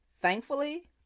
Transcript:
Thankfully